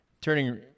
turning